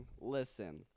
listen